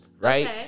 right